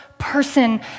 person